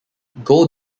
goal